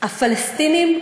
הפלסטינים,